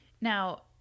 Now